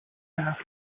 laughed